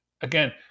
again